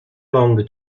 long